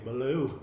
Blue